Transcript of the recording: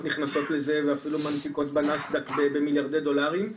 נכנסות לזה ואפילו מנפיקות בנסדק במיליארדי דולרים,